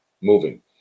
moving